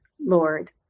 Lord